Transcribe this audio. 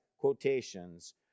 Quotations